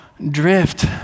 Drift